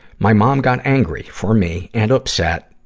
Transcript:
my mom got angry for me and upset,